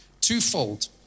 Twofold